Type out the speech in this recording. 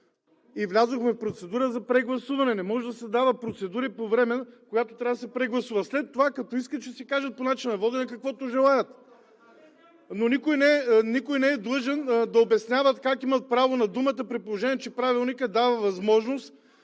и влязохме в процедура за прегласуване. Не може да се дават процедури по време, когато трябва да се прегласува. След това, като искат, ще си кажат по начина на водене каквото желаят. (Реплики от „БСП за България“.) Но никой не е длъжен да обяснява как има право на думата, при положение че Правилникът дава възможност